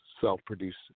self-produced